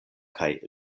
kaj